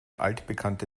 altbekannte